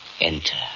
enter